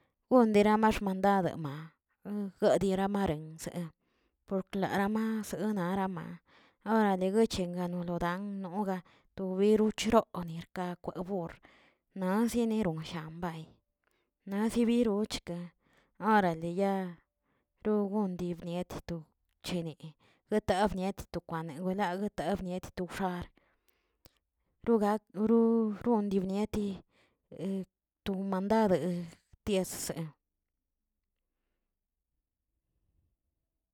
Gondira xmandad gediara maren por klaramaks anarama oarale gunchingano godan noga obiro chironi takwe borr nazieneron shama, naꞌ ziebirochka orale ya ron gon di bniet to cheni atab bnie to kwane guilag wnieneꞌ to wxoalə. ro gak ro romdimieti to mandade tiesse